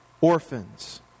orphans